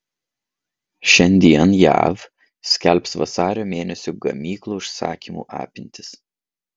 šiandien jav skelbs vasario mėnesio gamyklų užsakymų apimtis